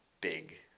big